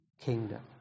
kingdom